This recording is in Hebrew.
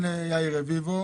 אני אתן קודם ליאיר רביבו,